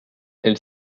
elle